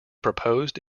proposed